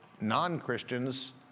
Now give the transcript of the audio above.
non-Christians